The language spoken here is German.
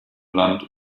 land